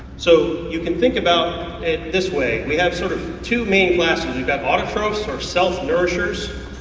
so you can think about it this way, we have sort of two main classes, we we have autotrophs or self nourishers,